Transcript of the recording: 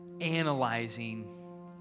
analyzing